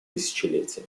тысячелетия